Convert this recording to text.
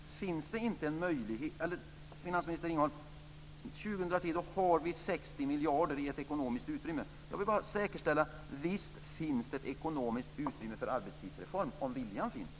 Finansminister Ringholm, 2003 har vi 60 miljarder i ett ekonomiskt utrymme. Jag vill bara säkerställa: Visst finns det ett ekonomiskt utrymme för arbetstidsreform om viljan finns.